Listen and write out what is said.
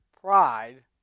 pride